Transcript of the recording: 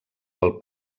pel